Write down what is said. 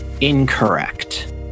incorrect